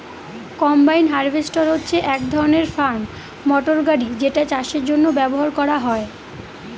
combine harvester হচ্ছে এক ধরনের ফার্ম মটর গাড়ি যেটা চাষের জন্য ব্যবহার করা হয়